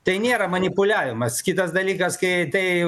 tai nėra manipuliavimas kitas dalykas kai tai